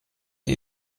die